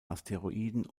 asteroiden